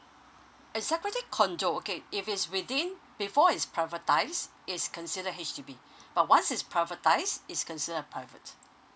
executive condo okay if it's within before it's privatize it's consider H_D_B uh but once it's privatize it's consider a private